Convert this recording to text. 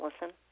listen